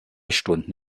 stunden